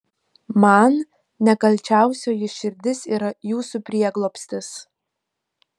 man nekalčiausioji širdis yra jūsų prieglobstis